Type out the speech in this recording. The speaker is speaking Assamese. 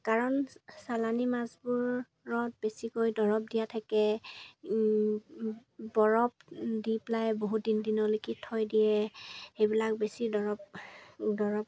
কাৰণ চালানী মাছবোৰত বেছিকৈ দৰব দিয়া থাকে বৰফ দি পেলাই বহুত দিন দিনলৈকে থৈ দিয়ে সেইবিলাক বেছি দৰব দৰব